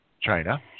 China